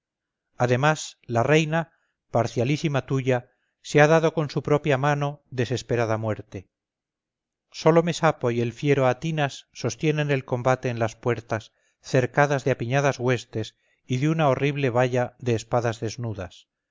además la reina parcialísima tuya se ha dado con su propia mano desesperada muerte solo mesapo y el fiero atinas sostienen el combate en las puertas cercadas de apiñadas huestes y de una horrible valla de espadas desnudas